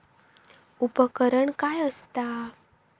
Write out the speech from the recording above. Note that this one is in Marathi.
उपकरण काय असता?